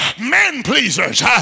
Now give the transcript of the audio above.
man-pleasers